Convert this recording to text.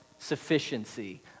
sufficiency